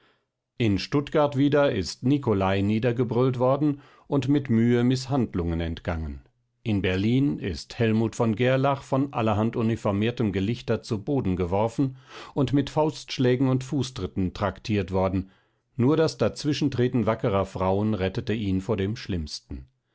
in stuttgart wieder ist nicolai niedergebrüllt worden und mit mühe mißhandlungen entgangen in berlin ist hellmut von gerlach von allerhand uniformiertem gelichter zu boden geworfen und mit faustschlägen und fußtritten traktiert worden nur das dazwischentreten wackerer frauen rettete ihn vor dem schlimmsten